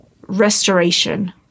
restoration